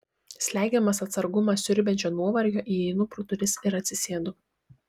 slegiamas atsargumą siurbiančio nuovargio įeinu pro duris ir atsisėdu